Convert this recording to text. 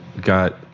got